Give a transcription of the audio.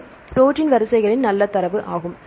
இது ப்ரோடீன் வரிசைகளின் நல்ல தரவு ஆகும்